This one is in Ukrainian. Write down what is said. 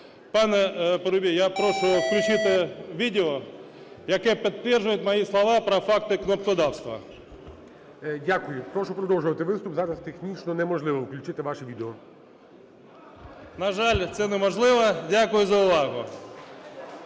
Пане Парубій, я прошу включити відео, яке підтверджує моє слова про факти "кнопкодавства". ГОЛОВУЮЧИЙ. Дякую. Прошу продовжувати виступ. Зараз технічно неможливо включити ваше відео. НОВИНСЬКИЙ В.В. На жаль, це неможливо. Дякую за увагу.